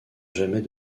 jamais